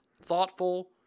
thoughtful